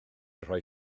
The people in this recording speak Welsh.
rhoi